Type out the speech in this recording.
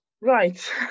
right